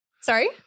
Sorry